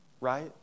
right